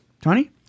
Tony